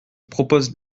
propose